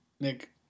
Nick